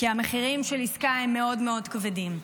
כי המחירים של העסקה הם מאוד מאוד כבדים.